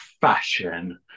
fashion